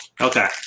Okay